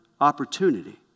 opportunity